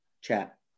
chat